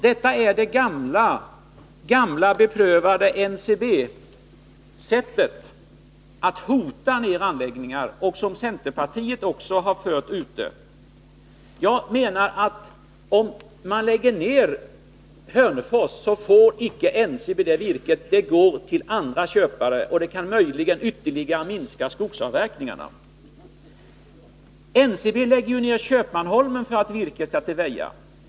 Detta är det gamla, beprövade NCB-sättet, som centerpartiet också har använt sig av — att hota med nedläggningar. Jag menar att om man lägger ned Hörnefors får inte NCB därmed virket. Det går till andra köpare, och det kan möjligen bidra till att skogsavverkningarna minskar ytterligare. NCB lägger ju ned massafabriken i Köpmanholmen för att virket skall till Väja.